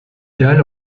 dalle